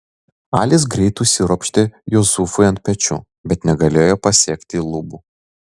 alis greit užsiropštė jusufui ant pečių bet negalėjo pasiekti lubų